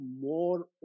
more